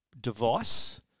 device